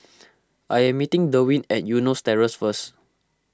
I am meeting Derwin at Eunos Terrace first